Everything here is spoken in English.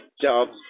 jobs